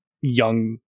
young